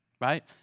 Right